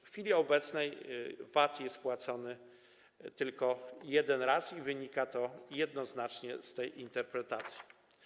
W chwili obecnej VAT jest płacony tylko jeden raz i wynika to jednoznacznie z tej interpretacji.